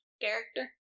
character